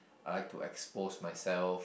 I would like to expose myself